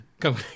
Come